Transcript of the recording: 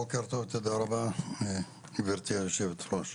בוקר טוב, תודה רבה, גברתי היושבת-ראש,